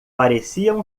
pareciam